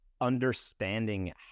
Understanding